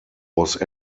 was